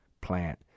plant